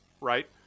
right